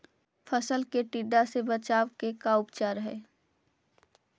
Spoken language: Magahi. फ़सल के टिड्डा से बचाव के का उपचार है?